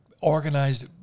organized